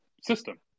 system